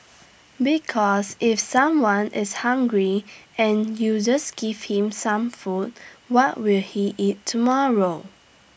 because if someone is hungry and you just give him some food what will he eat tomorrow